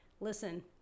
listen